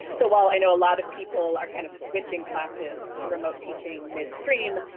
so while i know a lot of people are kind of switching classes to remote teaching midstream,